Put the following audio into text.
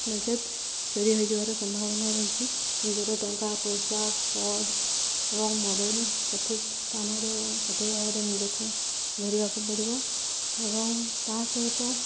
ନଚେତ୍ ଚୋରି ହେଇଯିବାର ସମ୍ଭାବନା ରହିଛି ନିଜର ଟଙ୍କା ପଇସା ପର୍ସ ଏବଂ ମୋବାଇଲ୍ ସଠିକ୍ ସ୍ଥାନରେ ଏବଂ ସଠିକ୍ ଭାବରେ ନିଜକୁ ଧରିବାକୁ ପଡ଼ିବ ଏବଂ ତା ସହିତ